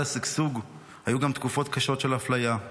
לצד השגשוג היו גם תקופות קשות של אפליה,